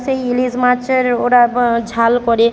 সেই ইলিশ মাছের ওরা ঝাল করে